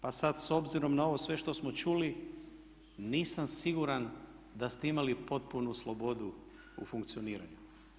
Pa sada s obzirom na ovo sve što smo čuli nisam siguran da ste imali potpunu slobodu u funkcioniranju.